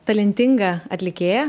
talentinga atlikėja